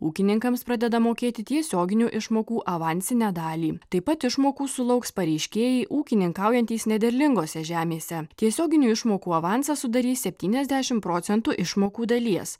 ūkininkams pradeda mokėti tiesioginių išmokų avansinę dalį taip pat išmokų sulauks pareiškėjai ūkininkaujantys nederlingose žemėse tiesioginių išmokų avansas sudarys septyniasdešimt procentų išmokų dalies